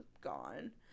gone